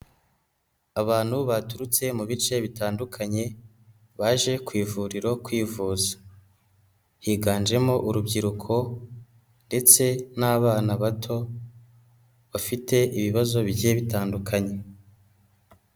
Abantu baturutse mu bice bitandukanye baje ku ivuriro kwivuza, higanjemo urubyiruko ndetse n'abana bato bafite ibibazo bigiye bitandukanye.